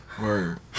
Word